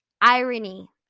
irony